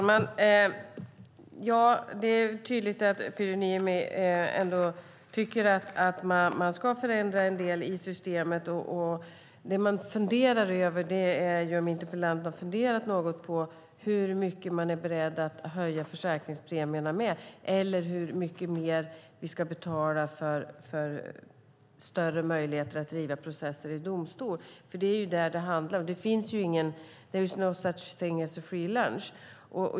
Herr talman! Det är tydligt att Pyry Niemi tycker att man ska förändra en del i systemet. Det jag funderar över är om interpellanten har funderat något på hur mycket han är beredd att höja försäkringspremierna med eller hur mycket mer vi ska betala för större möjligheter att driva processer i domstol. Det är nämligen vad det handlar om - there is no such thing as a free lunch.